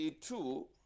two